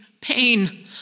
pain